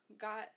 got